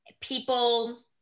people